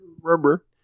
Remember